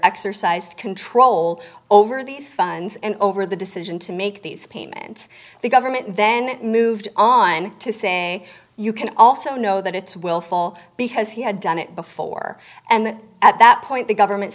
exercised control over these funds and over the decision to make these payments the government then moved on to say you can also know that it's willful because he had done it before for and at that point the government